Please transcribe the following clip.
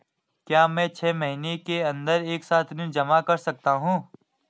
क्या मैं छः महीने के अन्दर एक साथ ऋण जमा कर सकता हूँ?